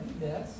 yes